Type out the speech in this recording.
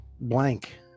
blank